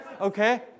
Okay